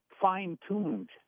fine-tuned